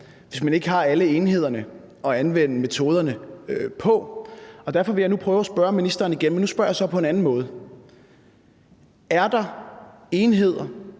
hvis man ikke har alle enhederne at anvende metoderne på. Og derfor vil jeg nu prøve at spørge ministeren igen, men nu spørger jeg så på en anden måde: Er der enheder,